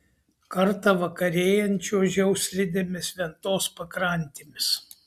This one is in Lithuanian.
kartą vakarėjant čiuožiau slidėmis ventos pakrantėmis